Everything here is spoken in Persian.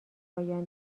پایان